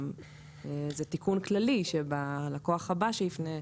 אלא זה תיקון כללי שהלקוח הבא שיפנה,